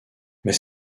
mais